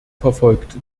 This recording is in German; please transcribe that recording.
verfolgt